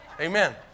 Amen